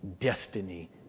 destiny